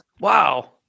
Wow